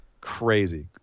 Crazy